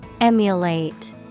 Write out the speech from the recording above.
Emulate